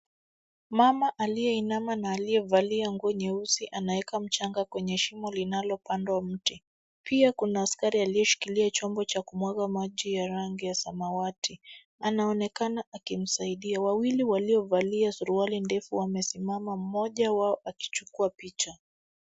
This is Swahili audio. Mama aliyeinama na aliyevalia nguo nyeusi anaeka mchanga kwenye shimo linalopandwa mti. Pia kuna askari aliyeshikilia chombo cha kumwaga maji ya rangi ya samawati anaonekana akimsaidia. Wawili waliovalia suruali ndefu wamesimama, mmoja wao akichukua picha.